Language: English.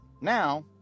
Now